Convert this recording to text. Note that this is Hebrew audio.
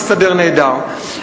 הסתדר נהדר.